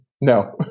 no